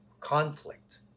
conflict